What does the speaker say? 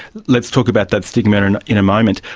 let's talk about that stigma in and in a moment.